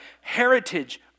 heritage